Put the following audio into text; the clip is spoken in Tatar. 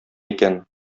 икән